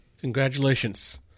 congratulations